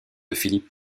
philippe